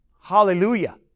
Hallelujah